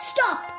Stop